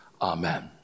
Amen